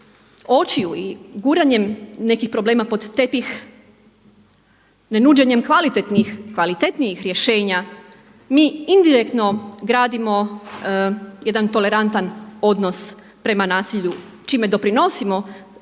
očiju i guranjem nekih problema pod tepih, ne nuđenjem kvalitetnih, kvalitetnijih rješenja mi indirektno gradimo jedan tolerantan odnos prema nasilju čime doprinosimo